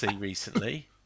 recently